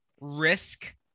risk